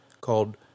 called